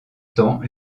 temps